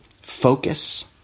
focus